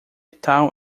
tal